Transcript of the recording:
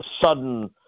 sudden